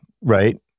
right